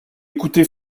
écouté